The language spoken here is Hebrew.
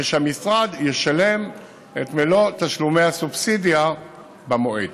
הרי שהמשרד ישלם את מלוא תשלומי הסובסידיה במועד.